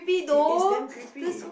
it is damn creepy